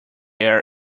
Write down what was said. air